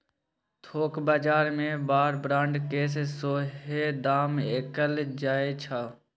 थोक बजार मे बार ब्रांड केँ सेहो दाम कएल जाइ छै